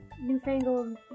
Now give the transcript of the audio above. newfangled